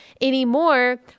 anymore